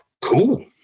Cool